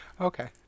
Okay